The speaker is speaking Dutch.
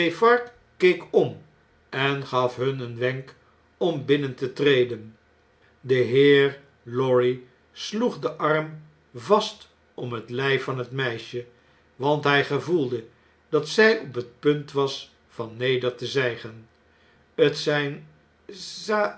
keek om en gaf hun een wenk om binnen te treden de heer lorry sloeg den arm vast om het ljf van het meisje want hjj gevoelde dat zjj op het punt was van neder te zijgen t